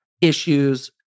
issues